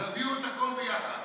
תביאו את הכול ביחד.